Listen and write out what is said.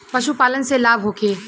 पशु पालन से लाभ होखे?